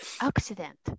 Accident